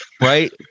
right